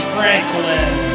Franklin